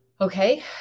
okay